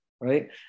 right